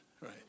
right